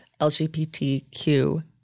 LGBTQ